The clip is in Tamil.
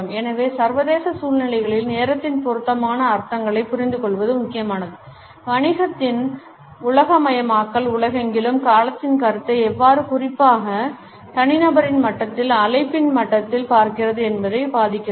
எனவே சர்வதேச சூழ்நிலைகளில் நேரத்தின் பொருத்தமான அர்த்தங்களைப் புரிந்துகொள்வது முக்கியமானது வணிகத்தின் உலகமயமாக்கல் உலகெங்கிலும் காலத்தின் கருத்தை எவ்வாறு குறிப்பாக தனிநபரின் மட்டத்தில் அமைப்பின் மட்டத்தில் பார்க்கிறது என்பதைப் பாதிக்கிறது